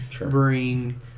bring